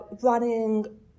running